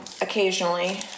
occasionally